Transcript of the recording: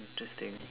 interesting